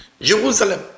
Jerusalem